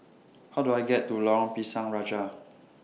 How Do I get to Lorong Pisang Raja